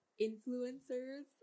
influencers